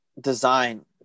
design